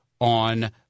on